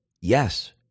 Yes